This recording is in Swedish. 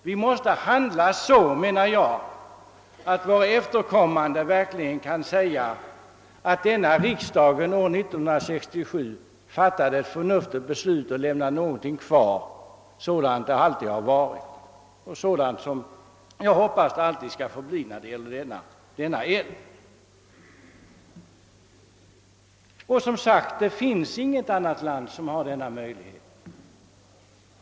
Vi måste handla så, att våra efterkommande verkligen kan säga att denna riksdag år 1967 fattade ett förnuftigt beslut och lämnade någonting kvar sådant det alltid har varit och sådant jag hoppas det alltid skall förbli när det gäller denna älv. Det finns inget annat land som har en sådan älv.